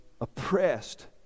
oppressed